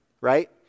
right